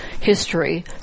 history